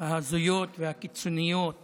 ההזויות הקיצוניות